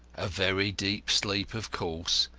a very deep sleep, of course,